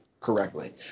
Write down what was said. correctly